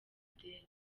adele